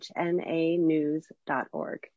hnanews.org